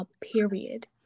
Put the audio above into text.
period